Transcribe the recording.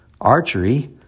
Archery